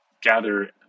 gather